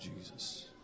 Jesus